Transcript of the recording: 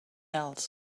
else